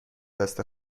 دست